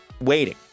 Waiting